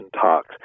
talks